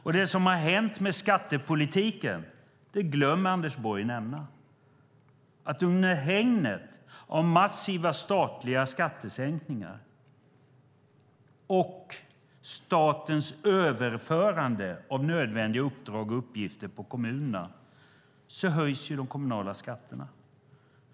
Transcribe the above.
Och det som har hänt med skattepolitiken glömmer Anders Borg att nämna. Under hägnet av massiva statliga skattesänkningar och statens överförande av nödvändiga uppdrag och uppgifter på kommunerna höjs de kommunala skatterna.